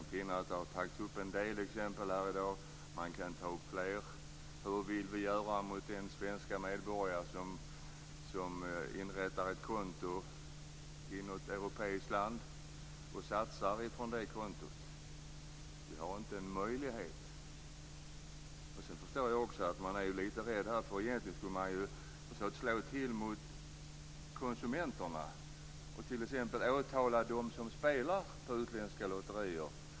Det har tagits upp en del exempel här i dag, och man kan ta upp fler, om vad vi kan göra mot en svensk medborgare som öppnar ett konto i något europeiskt land och satsar pengar från det kontot. Vi har inga möjligheter. Jag förstår också att man är lite rädd här, för egentligen skulle man ju försöka slå till mot konsumenterna och t.ex. åtala dem som spelar på utländska lotterier.